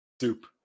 soup